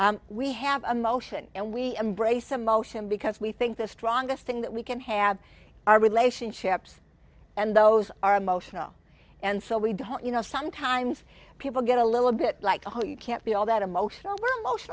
we have a motion and we embrace emotion because we think the strongest thing that we can have our relationships and those are emotional and so we don't you know sometimes people get a little bit like oh you can't be all that emotional